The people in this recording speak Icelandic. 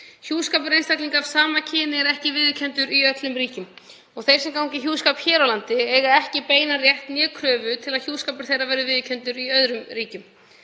Hjúskapur einstaklinga af sama kyni er ekki viðurkenndur í öllum ríkjum og þeir sem ganga í hjúskap hér á landi eiga ekki beinan rétt eða kröfu til þess að hjúskapur þeirra verði viðurkenndur í öðrum ríkjum,